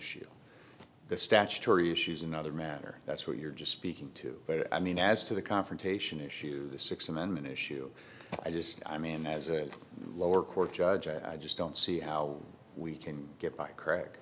ue the statutory issues another matter that's what you're just speaking to but i mean as to the confrontation issue the sixth amendment issue i just i mean as a lower court judge i just don't see how we can get by correct